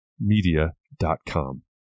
Media.com